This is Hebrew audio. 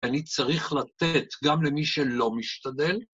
אני צריך לתת גם למי שלא משתדל.